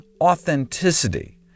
authenticity